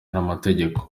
n’amategeko